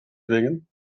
dwingen